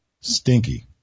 Stinky